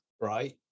right